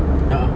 a'ah